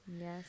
Yes